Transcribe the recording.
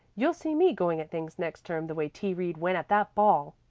you'll see me going at things next term the way t. reed went at that ball.